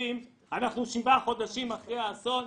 שבעה חודשים אחרי האסון,